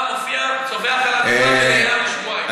בא, מופיע, צווח על הבמה ונעלם לשבועיים.